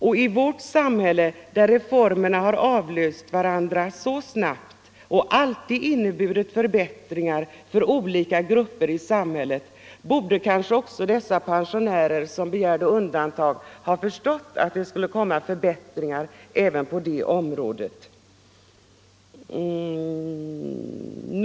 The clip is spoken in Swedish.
Och i vårt samhälle, där reformerna har avlöst varandra så snabbt och alltid inneburit förbättringar för olika grupper i samhället, borde kanske också de personer som begärde undantag ha förstått att det skulle komma förbättringar även på det området.